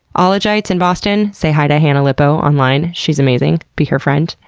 ah ologites in boston, say hi to hannah lipow online, she's amazing. be her friend.